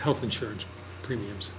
health insurance premiums